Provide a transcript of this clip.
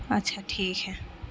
اچھا ٹھیک ہے